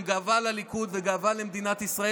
הם גאווה לליכוד וגאווה למדינת ישראל,